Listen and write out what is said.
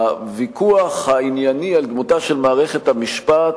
הוויכוח הענייני על דמותה של מערכת המשפט